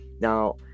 Now